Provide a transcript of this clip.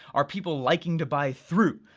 are people liking to buy through,